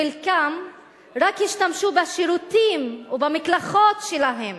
חלקם רק השתמשו בשירותים ובמקלחות שלהם